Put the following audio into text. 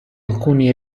alcuni